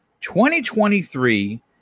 2023